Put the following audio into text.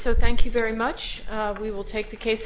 so thank you very much we will take the case